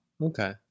Okay